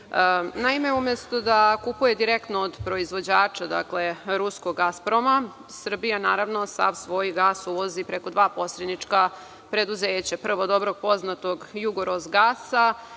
umesto da kupuje direktno od proizvođača, ruskog „Gasproma“, Srbija naravno sav svoj gas uvozi preko dva posrednička preduzeća, prvog dobro poznatog „Jugorosgasa“